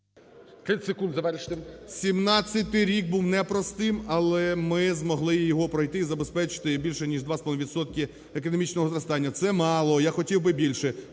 30 секунд завершити.